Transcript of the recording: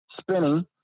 spinning